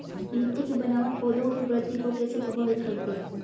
मिट्टी की बनावट पौधों की वृद्धि को कैसे प्रभावित करती है?